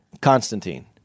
Constantine